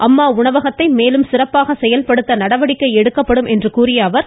அம்மா உணவகத்தை மேலும் சிறப்பாக செயல்படுத்த நடவடிக்கை எடுக்கப்படும் என்றார்